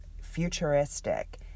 futuristic